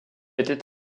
était